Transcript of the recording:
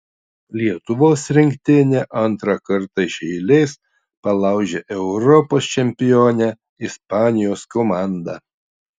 lietuvos rinktinė antrą kartą iš eilės palaužė europos čempionę ispanijos komandą